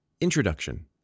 Introduction